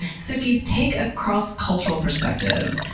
so if you take a cross cultural perspective,